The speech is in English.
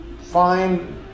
find